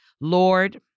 Lord